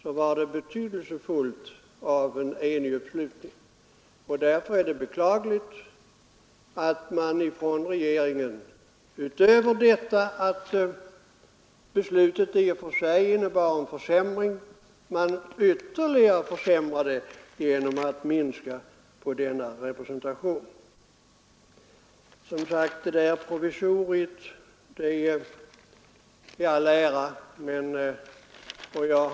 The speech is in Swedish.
Beslutet innebar alltså en försämring. Därför är det beklagligt att regeringen ytterligare försämrar det genom att minska representationen. Provisoriet i all ära — och jag har all respekt för dugligheten hos den person som skall omhänderha detta — men två månader om året kan inte på något sätt ersätta en helårstjänst i Bonn. Därför tycker jag att jordbruksministern gör klokt i att i nästa års budget återbesätta tjänsten i Bonn.